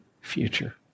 future